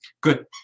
Good